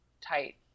tight